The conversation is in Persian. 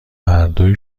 هردو